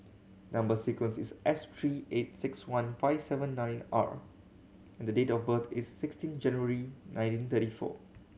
number sequence is S three eight six one five seven nine R and the date of birth is sixteen January nineteen thirty four